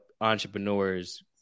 entrepreneurs